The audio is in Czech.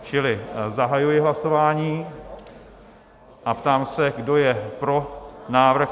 Čili zahajuji hlasování a ptám se, kdo je pro návrh?